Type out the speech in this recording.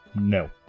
No